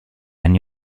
anni